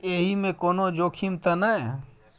एहि मे कोनो जोखिम त नय?